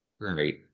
right